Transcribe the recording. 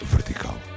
Vertical